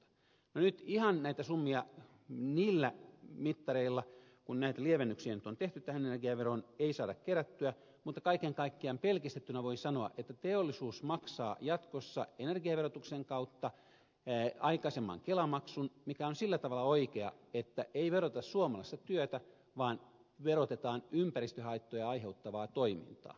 no nyt ihan näitä summia niillä mittareilla kuin näitä lievennyksiä nyt on tehty tähän energiaveroon ei saada kerättyä mutta kaiken kaikkiaan pelkistettynä voi sanoa että teollisuus maksaa jatkossa energiaverotuksen kautta aikaisemman kelamaksun mikä on sillä tavalla oikein että ei veroteta suomalaista työtä vaan verotetaan ympäristöhaittoja aiheuttavaa toimintaa